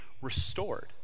restored